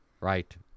right